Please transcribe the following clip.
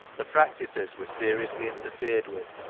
the practices were seriously interfered with,